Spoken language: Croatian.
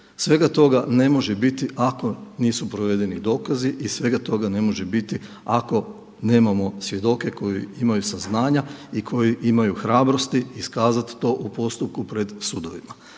Svega toga ne može biti ako nisu provedeni dokazi i svega toga ne može biti ako nemamo svjedoke koji imaju saznanja i koji imaju hrabrosti iskazati to u postupku pred sudovima.